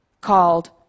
called